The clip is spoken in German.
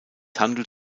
handelt